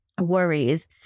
worries